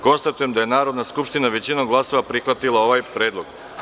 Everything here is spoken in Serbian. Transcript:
Konstatujem da je Narodna skupština većinom glasova prihvatila ovaj predlog.